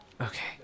Okay